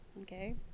Okay